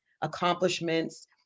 accomplishments